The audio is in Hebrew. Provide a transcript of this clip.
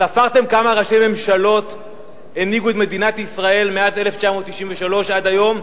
ספרתם כמה ראשי ממשלות הנהיגו את מדינת ישראל מאז 1993 עד היום?